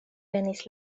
venis